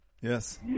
Yes